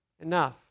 enough